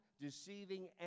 deceiving